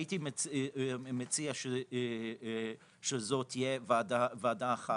הייתי מציע שזו תהיה ועדה אחת,